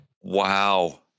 Wow